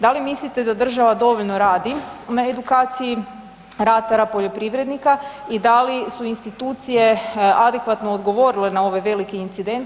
Da li mislite da država dovoljno radi na edukaciji ratara, poljoprivrednika i da li su institucije adekvatno odgovorile na ovaj veliki incident?